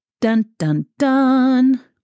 Dun-dun-dun